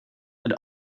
and